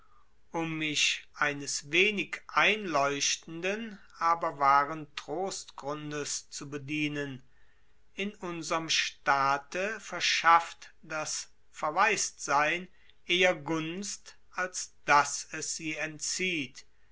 um mich eines wenig einleuchtenden aber wahren trostgrundes zu bedienen in unserm staate verschafft das verwaistsein eher gunst als daß es sie entzieht